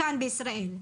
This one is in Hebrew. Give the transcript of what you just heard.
כאן בישראל,